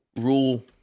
rule